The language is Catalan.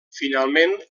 finalment